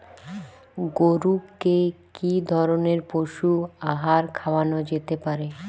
গরু কে কি ধরনের পশু আহার খাওয়ানো যেতে পারে?